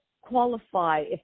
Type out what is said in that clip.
qualify